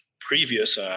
previous